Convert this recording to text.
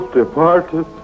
departed